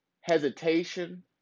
hesitation